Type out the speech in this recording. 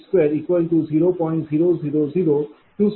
म्हणून PLoss2r×P2Q2। V।20